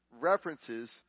references